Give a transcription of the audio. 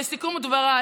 לסיכום דבריי,